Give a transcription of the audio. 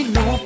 no